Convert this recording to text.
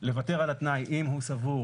לוותר על התנאי אם הוא סבור